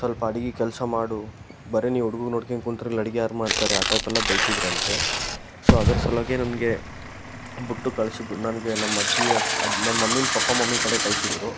ಸ್ವಲ್ಪ ಅಡಿಗೆ ಕೆಲಸ ಮಾಡು ಬರೇ ನೀನು ಹುಡುಗನ ನೋಡ್ಕೊಂಡು ಕುಂತರೆ ಇಲ್ಲಿ ಅಡಿಗೆ ಯಾರು ಮಾಡ್ತಾರೆ ಆ ಟೈಪೆಲ್ಲ ಬೈತಿದ್ದರಂತೆ ಸೊ ಅದರ ಸಲುವಾಗಿ ನನಗೆ ಬಿಟ್ಟು ಕಳ್ಸಿ ಬಿಡ್ ನನಗೆ ನಮ್ಮ ಅಜ್ಜಿ ನಮ್ಮ ಮಮ್ಮಿನ ಪಪ್ಪ ಮಮ್ಮಿ ಕಡೆ ಕಳ್ಸಿದ್ದರು